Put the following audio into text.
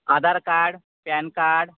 Aadhaar card PAN card